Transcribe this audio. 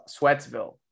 Sweatsville